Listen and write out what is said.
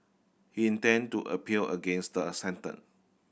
he intend to appeal against the sentence